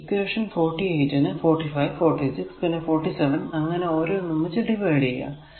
ഈ ഇക്വേഷൻ 48 നെ 45 46 പിന്നെ 47 അങ്ങനെ ഓരോന്നും വച്ച് ഡിവൈഡ് ചെയ്യുക